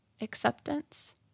acceptance